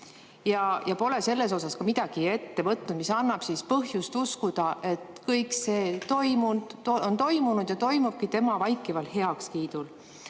Ta pole selles osas ka midagi ette võtnud, mis annab põhjust uskuda, et kõik see, mis toimus, on toimunud ja toimubki tema vaikival heakskiidul.